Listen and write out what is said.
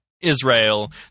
israel